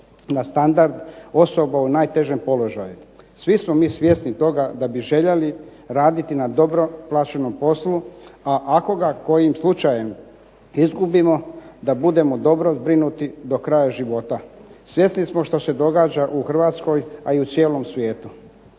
na standard osoba u najtežem položaju. Svi smo mi svjesni toga da bi željeli raditi na dobro plaćenom poslu, a ako ga kojim slučajem izgubimo da budemo dobro zbrinuti do kraja života. Svjesni smo što se događa u Hrvatskoj, a i u cijelom svijetu.